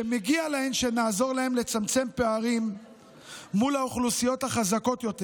שמגיע להן שנעזור להן לצמצם פערים מול האוכלוסיות החזקות יותר